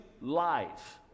life